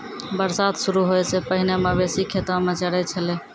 बरसात शुरू होय सें पहिने मवेशी खेतो म चरय छलै